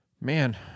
Man